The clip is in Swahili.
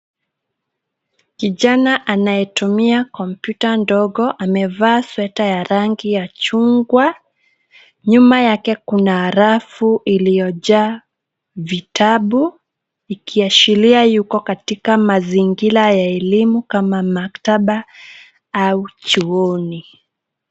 Kijana anayetumia kompyuta ndogo amevaa sweta ya rangi ya chungwa. Nyuma yake kuna rafu iliyojaa vitabu ikiashilia yuko katika mazingira ya elimu kama maktaba au chuoni.